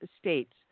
states